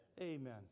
Amen